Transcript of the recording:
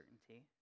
certainty